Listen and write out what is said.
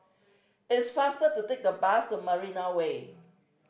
it's faster to take the bus to Marina Way